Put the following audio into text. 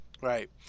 Right